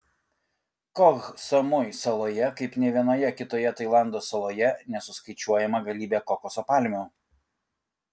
koh samui saloje kaip nė vienoje kitoje tailando saloje nesuskaičiuojama galybė kokoso palmių